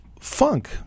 Funk